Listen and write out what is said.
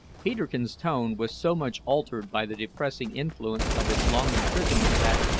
peterkin's tone was so much altered by the depressing influence of his long imprisonment that,